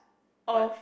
of